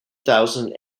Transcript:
thousand